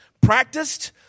practiced